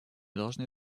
должны